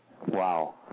Wow